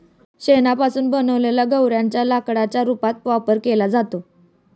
शेणापासून बनवलेल्या गौर्यांच्या लाकडाच्या रूपात वापर केला जातो